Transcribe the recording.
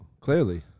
Clearly